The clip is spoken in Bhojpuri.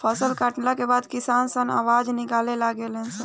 फसल कटला के बाद किसान सन अनाज के निकाले लागे ले सन